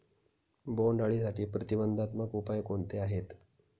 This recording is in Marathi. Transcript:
बोंडअळीसाठी प्रतिबंधात्मक उपाय कोणते आहेत?